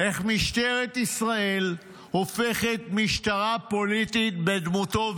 איך משטרת ישראל הופכת משטרה פוליטית בדמותו.